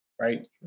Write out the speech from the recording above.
right